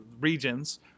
regions